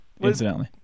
Incidentally